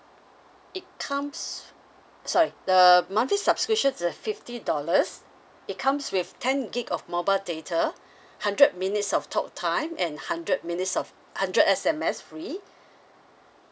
it comes sorry the monthly subscription is at fifty dollars it comes with ten gig of mobile data hundred minutes of talk time and hundred minutes of hundred S_M_S free